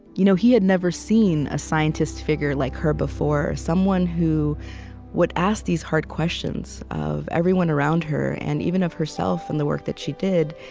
you know he had never seen a scientist figure like her before, someone who would ask these hard questions of everyone around her and even of herself and the work that she did,